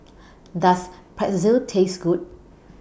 Does Pretzel Taste Good